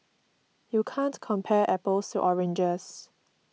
you can't compare apples to oranges